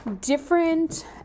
different